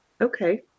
Okay